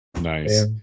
Nice